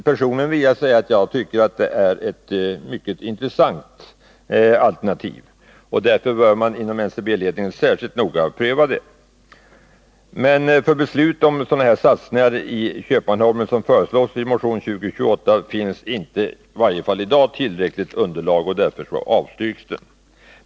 Personligen vill jag säga att jag tycker att det är ett mycket intressant alternativ. Man bör alltså inom NCB-ledningen särskilt noga pröva saken. Men för sådana satsningar i Köpmanholmen som föreslås i motion 2028 finns i varje fall i dag inte tillräckligt underlag, och därför avstyrker vi motionen.